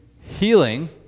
healing